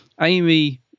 Amy